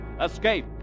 Escape